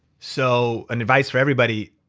so an advice for everybody,